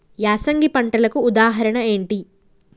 యాసంగి పంటలకు ఉదాహరణ ఏంటి?